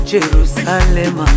Jerusalem